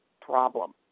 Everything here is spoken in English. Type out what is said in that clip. problem